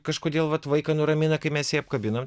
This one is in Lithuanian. kažkodėl vat vaiką nuramina kai mes jį apkabinam